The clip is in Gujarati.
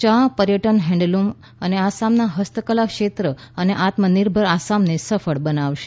ચા પર્યટન હેન્ડલૂમ આસામના હસ્તકલાક્ષેત્ર અને આત્મનિર્ભર આસામને સફળ બનાવશે